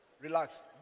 Relax